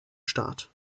start